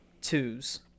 twos